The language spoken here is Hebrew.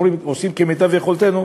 והם אומרים שהם עושים כמיטב יכולתם.